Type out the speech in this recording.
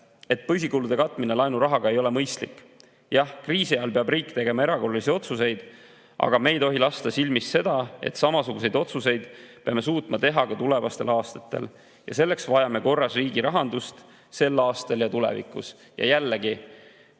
püsikulude katmine ei ole mõistlik. Jah, kriisiajal peab riik tegema erakorralisi otsuseid, aga me ei tohi lasta silmist seda, et samasuguseid otsuseid peame suutma teha ka tulevastel aastatel. Selleks vajame korras riigirahandust sel aastal ja tulevikus. Ja jällegi,